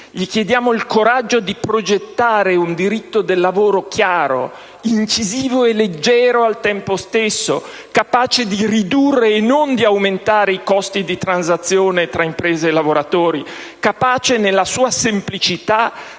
Gli chiediamo il coraggio di progettare un diritto del lavoro chiaro, incisivo e leggero al tempo stesso, capace di ridurre e non di aumentare i costi di transazione tra imprese e lavoratori; capace, nella sua semplicità,